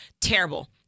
Terrible